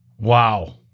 Wow